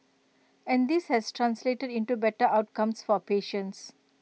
and this has translated into better outcomes for patients